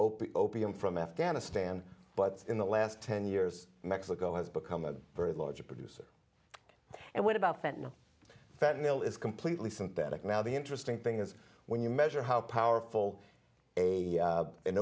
open opium from afghanistan but in the last ten years mexico has become a very large producer and what about that now that mill is completely synthetic now the interesting thing is when you measure how powerful a